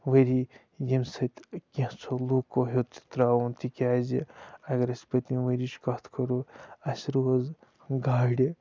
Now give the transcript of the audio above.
ؤری ییٚمہِ سۭتۍ کیٚنٛژھَو لوٗکو ہیوٚت سُہ ترٛاوُن تِکیٛازِ اَگر أسۍ پٔتۍمہِ ؤرۍ یِچ کَتھ کَرو اَسہِ روز گاڑِ